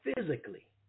physically